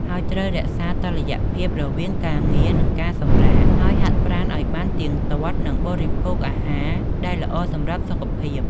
ហើយត្រូវរក្សាតុល្យភាពរវាងការងារ និងការសម្រាក ហើយហាត់ប្រាណឲ្យបានទៀងទាត់ និងបរិភោគអាហារដែលល្អសម្រាប់សុខភាព។